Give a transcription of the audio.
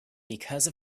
because